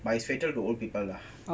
but is fatal to old people lah